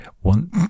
One